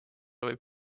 võib